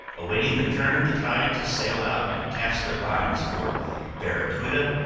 awaiting the turn of the tide to sail out and cast their lines for baracuta,